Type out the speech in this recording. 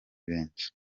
benshi